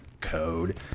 code